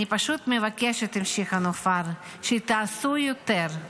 אני פשוט מבקשת, המשיכה נופר, שתעשו יותר,